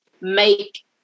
make